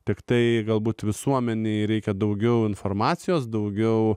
tiktai galbūt visuomenei reikia daugiau informacijos daugiau